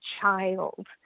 child